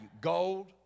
Gold